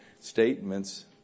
statements